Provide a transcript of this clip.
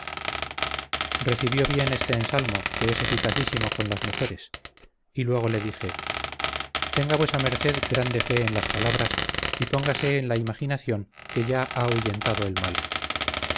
recibió bien este ensalmo que es eficacísimo con las mujeres y luego le dije tenga vuesa merced grande fe en las palabras y póngase en la imaginación que ya ha ahuyentado el mal